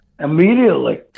Immediately